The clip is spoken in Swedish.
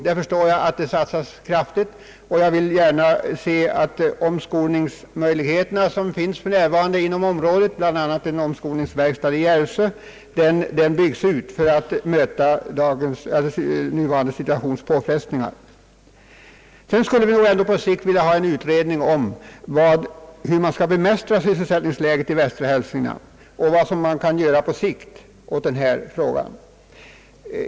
Jag förstår att man satsar kraftigt på detta område och ser gärna, att man bygger ut de nuvarande omskolningsmöjligheterna i området, bl.a. en omskolningsverkstad i Järvsö, för att möta den nuvarande situationens påfrestningar. Slutligen skulle vi nog också vilja ha en utredning om hur sysselsättningsläget i västra Hälsingland skall bemästras och vad man på sikt kan göra åt den problematiken.